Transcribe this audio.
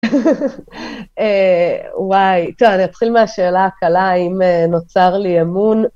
וואי, טוב, אני אתחיל מהשאלה הקלה, האם נוצר לי אמון...